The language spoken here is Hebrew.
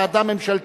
והיתה ועדה ממשלתית,